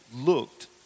looked